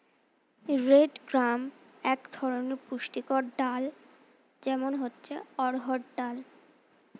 red gram এক ধরনের পুষ্টিকর ডাল, যেমন হচ্ছে অড়হর ডাল